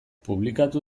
publikatu